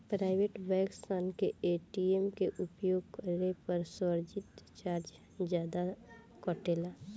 private bank सन के ATM के उपयोग करे पर सर्विस चार्ज जादा कटेला